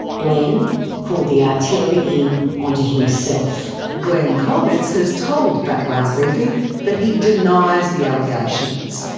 glenn called the artillery in onto himself. glenn kolomeitz has told background briefing that he denies the allegations.